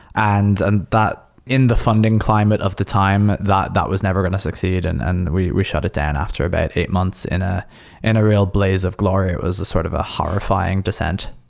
and and but in the funding climate at the time, that that was never going to succeed and and we we shut it down after about eight months in ah and a real blaze of glory. it was a sort of a horrifying decent.